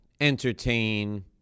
entertain